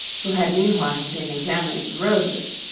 who had meanwhile been examining the roses.